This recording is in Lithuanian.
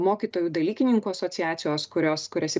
mokytojų dalykininkų asociacijos kurios kurias į